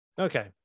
okay